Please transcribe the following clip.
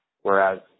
Whereas